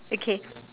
okay